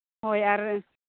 ᱦᱳᱭ ᱟᱨ